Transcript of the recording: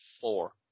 four